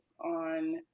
on